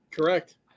Correct